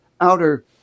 outer